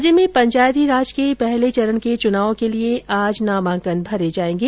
राज्य में पंचायती राज के पहले चरण के चुनाव के लिए आज नामांकन भरे जायेंगे